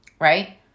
right